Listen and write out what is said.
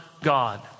God